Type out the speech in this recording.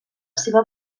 seva